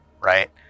right